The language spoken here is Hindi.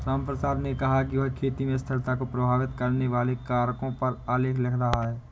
रामप्रसाद ने कहा कि वह खेती में स्थिरता को प्रभावित करने वाले कारकों पर आलेख लिख रहा है